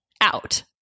out